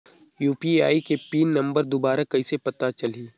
UPI के pin number दुबारा कइसे पता चलही?